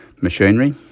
machinery